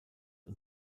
und